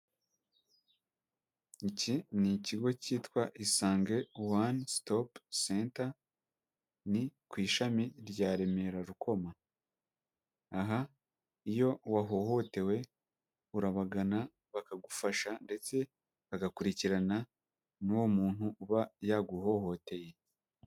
Iki ni ikigo cyitwa isange wane sitopu senta, ni ku ishami rya Remera Rukoma, aha iyo wahohotewe urabagana bakagufasha ndetse bagakurikirana n'uwo muntu uba yaguhohoteye.